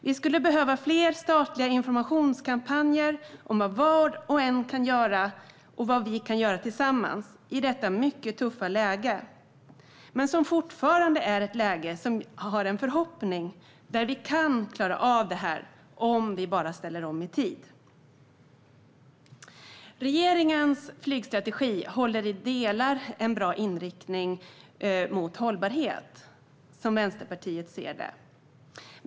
Vi skulle behöva fler statliga informationskampanjer om vad var och en kan göra och vad vi kan göra tillsammans i detta mycket tuffa läge. Det är dock fortfarande ett läge där det finns en förhoppning om att vi kan klara av detta om vi bara ställer om i tid. Regeringens flygstrategi har i delar en bra inriktning mot hållbarhet, som Vänsterpartiet ser det.